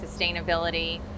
sustainability